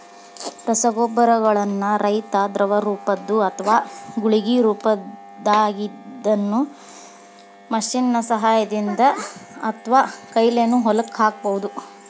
ರಸಗೊಬ್ಬರಗಳನ್ನ ರೈತಾ ದ್ರವರೂಪದ್ದು ಅತ್ವಾ ಗುಳಿಗಿ ರೊಪದಾಗಿದ್ದಿದ್ದನ್ನ ಮಷೇನ್ ನ ಸಹಾಯದಿಂದ ಅತ್ವಾಕೈಲೇನು ಹೊಲಕ್ಕ ಹಾಕ್ಬಹುದು